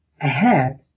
ahead